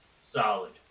Solid